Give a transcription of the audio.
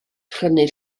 prynu